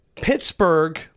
Pittsburgh